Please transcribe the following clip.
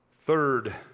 third